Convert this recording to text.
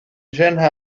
gene